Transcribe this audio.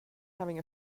having